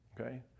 Okay